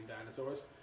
dinosaurs